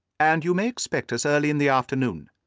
and you may expect us early in the afternoon.